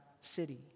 city